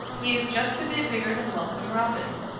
he is just a bit bigger than welcome robin.